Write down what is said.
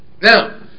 now